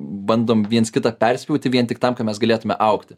bandom viens kitą perspjauti vien tik tam kad mes galėtume augti